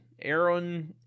Aaron